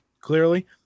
clearly